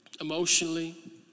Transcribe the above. emotionally